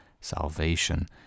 salvation